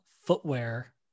footwear